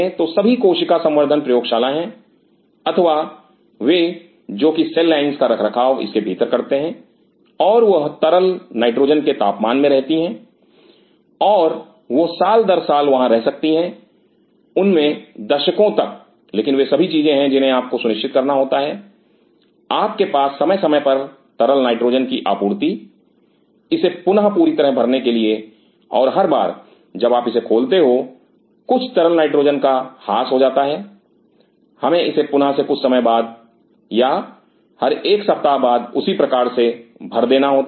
तो सभी कोशिका संवर्धन प्रयोगशाला है अथवा वे जो कि सेल लाइंस का रखरखाव इसके भीतर करते हैं और वह तरल नाइट्रोजन के तापमान में रहती हैं और वह साल दर साल वहां रह सकती हैं उनमें दशकों दशक तक लेकिन वे सभी चीजें हैं जिन्हें आप को सुनिश्चित करना होता है आपके पास समय समय पर तरल नाइट्रोजन की आपूर्ति इसे पुनः पूरी तरह भरने के लिए और हर बार जब आप इसे खोलते हो कुछ तरल नाइट्रोजन का ह्रास हो जाता है हमें इसे पुनः से कुछ समय बाद या हर 1 सप्ताह या उसी प्रकार से भर देना होता है